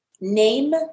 name